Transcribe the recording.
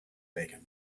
bacon